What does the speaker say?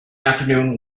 afternoon